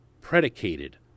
predicated